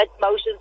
motions